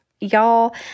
y'all